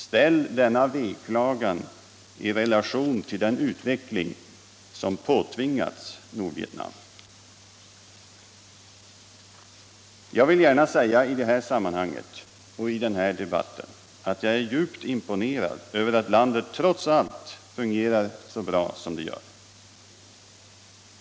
Ställ denna veklagan i relation till den utveckling som påtvingats Nordvietnam! Jag vill gärna säga i det här sammanhanget och i den här debatten att jag är djupt imponerad av att landet trots allt fungerar så bra som det gör.